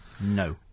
No